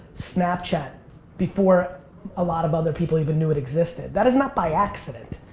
snapchat before a lot of other people even knew it existed. that is not by accident.